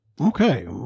Okay